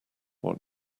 what